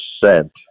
percent